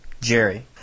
Jerry